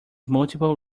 multiple